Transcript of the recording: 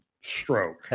stroke